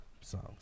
songs